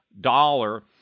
dollar